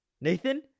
Nathan